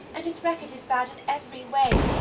and his record is bad in every way.